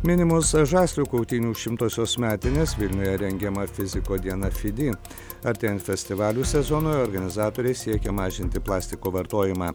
minimos žaslių kautynių šimtosios metinės vilniuje rengiama fiziko diena fidi artėjant festivalių sezonui organizatoriai siekia mažinti plastiko vartojimą